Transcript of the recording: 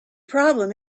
problem